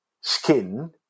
skin